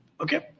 Okay